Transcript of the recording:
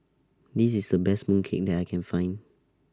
This IS The Best Mooncake that I Can Find